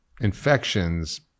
infections